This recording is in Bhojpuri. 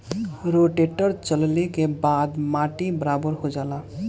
रोटेटर चलले के बाद माटी बराबर हो जाला